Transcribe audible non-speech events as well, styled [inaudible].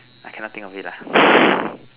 I cannot think of it lah [noise]